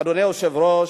אדוני היושב-ראש,